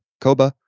Koba